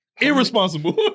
Irresponsible